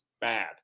bad